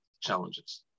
challenges